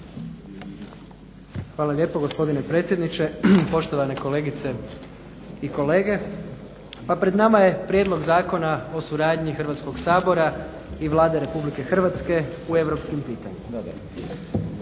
Hvala lijepo gospodine predsjedniče, poštovane kolegice i kolege. Pa pred nama je prijedlog Zakona o suradnji Hrvatskog sabora i Vlade RH u europskim pitanjima.